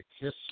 Kiss